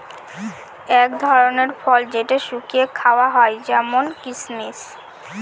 এক ধরনের ফল যেটা শুকিয়ে খাওয়া হয় যেমন কিসমিস